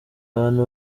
abantu